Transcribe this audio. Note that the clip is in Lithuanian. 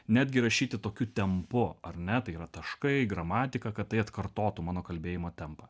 netgi rašyti tokiu tempu ar ne tai yra taškai gramatika kad tai atkartotų mano kalbėjimo tempą